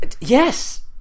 yes